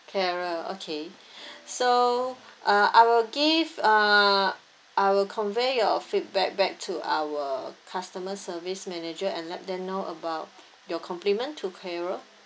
carole okay so uh I will give uh I will convey your feedback back to our customer service manager and let them know about your compliment to carole